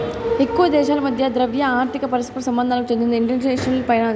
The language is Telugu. ఎక్కువ దేశాల మధ్య ద్రవ్య, ఆర్థిక పరస్పర సంబంధాలకు చెందిందే ఇంటర్నేషనల్ ఫైనాన్సు